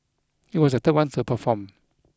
he was the third one to perform